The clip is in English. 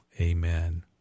amen